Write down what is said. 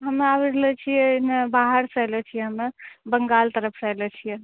हमे आबि रहलो छियै बाहर से आयलो छियै हमे बंगाल तरफ से आयलो छियै